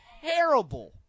terrible